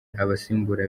abasimbura